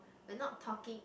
we're not talking